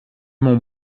mont